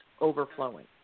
overflowing